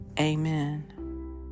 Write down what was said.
Amen